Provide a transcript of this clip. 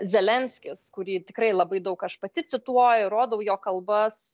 zelenskis kurį tikrai labai daug aš pati cituoju rodau jo kalbas